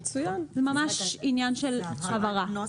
ממש עניין של הבהרת נוסח.